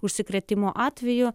užsikrėtimo atvejų